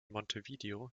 montevideo